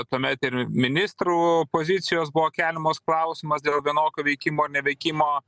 tuomet ir ministrų pozicijos buvo keliamas klausimas dėl vienokio veikimo ar neveikimo